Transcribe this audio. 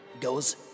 goes